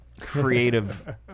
creative